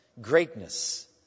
greatness